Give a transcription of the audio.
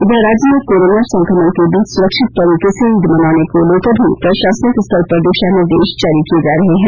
इधर राज्य में कोरोना संक्रमण के बीच सुरक्षित तरीके से ईद मनाने को लेकर भी प्रशासनिक स्तर पर दिशा निर्देश जारी किये जा रहे हैं